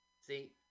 See